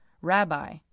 Rabbi